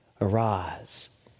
arise